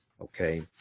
Okay